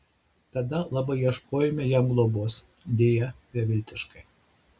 tada labai ieškojome jam globos deja beviltiškai